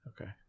Okay